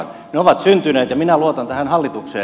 ne ovat syntyneet ja minä luotan tähän hallitukseen